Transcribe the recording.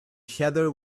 heather